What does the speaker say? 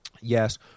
Yes